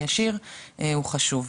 הישיר הוא חשוב.